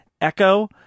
echo